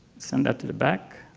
send that to the back.